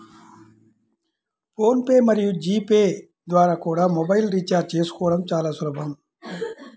phone pay మరియు GPay ద్వారా కూడా మొబైల్ రీఛార్జి చేసుకోవడం చాలా సులభం